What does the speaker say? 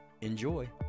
Enjoy